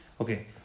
Okay